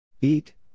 Eat